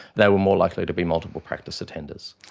they were more likely to be multiple practice attenders.